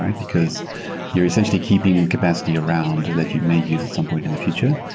and because you're essentially keeping capacity around that you may use at some point in the future.